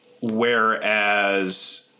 Whereas